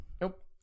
Nope